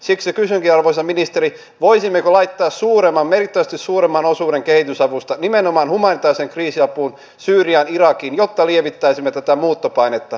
siksi kysynkin arvoisa ministeri voisimmeko laittaa merkittävästi suuremman osuuden kehitysavusta nimenomaan humanitaariseen kriisiapuun syyriaan irakiin jotta lievittäisimme tätä muuttopainetta eurooppaan